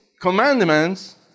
commandments